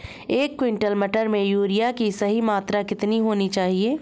एक क्विंटल मटर में यूरिया की सही मात्रा कितनी होनी चाहिए?